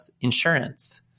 insurance